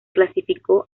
clasificó